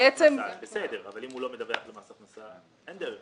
אבל אם הוא לא מדווח למס הכנסה, אין דרך.